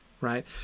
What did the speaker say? right